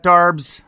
Darbs